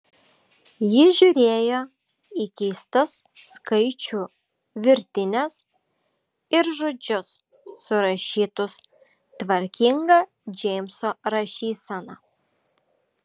ji žiūrėjo į keistas skaičių virtines ir žodžius surašytus tvarkinga džeimso rašysena